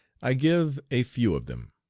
i give a few of them